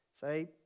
say